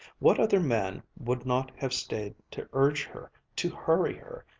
what other man would not have stayed to urge her, to hurry her,